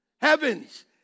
heavens